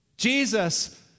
Jesus